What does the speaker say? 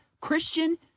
Christian